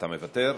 אתה מוותר?